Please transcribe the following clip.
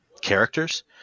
characters